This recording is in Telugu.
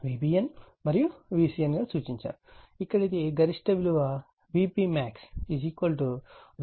ఇది ఇక్కడ గరిష్ట విలువ Vp max √2 Vp అని వ్రాయబడింది